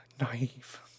naive